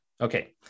Okay